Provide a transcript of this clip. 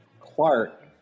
Clark